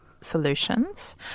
solutions